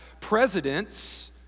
presidents